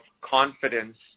confidence